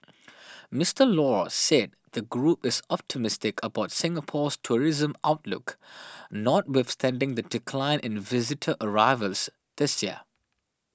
Mister Law said the group is optimistic about Singapore's tourism outlook not with standing the decline in visitor arrivals this year